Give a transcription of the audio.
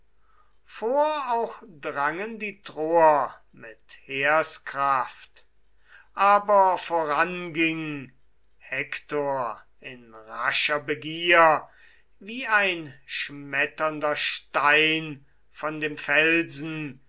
vor auch drangen die troer mit heerskraft aber voranging hektor in rascher begier wie ein schmetternder stein von dem felsen